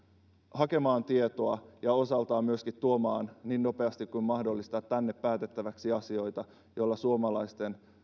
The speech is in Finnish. hakemaan tietoa ja osaltaan myöskin tuomaan niin nopeasti kuin mahdollista tänne päätettäväksi asioita joilla suomalaisten